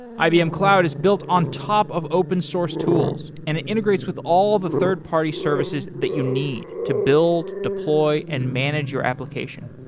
ibm cloud is built on top of open-source tools and it integrates with all the third-party services that you need to build, deploy and manage your application.